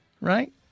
right